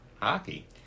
hockey